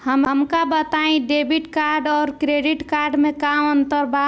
हमका बताई debit card और क्रेडिट कार्ड में का अंतर बा?